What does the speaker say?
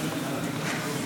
כנסת נכבדה,